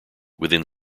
within